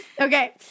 Okay